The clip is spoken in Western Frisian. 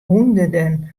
hûnderten